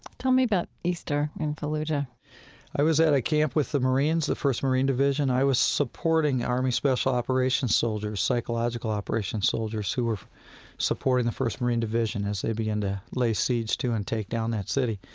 tell me about easter in fallujah i was at a camp with the marines, the first marine division. i was supporting army special operations soldiers, psychological operations soldiers, who were supporting the first marine division as they began to lay siege to and take down that city.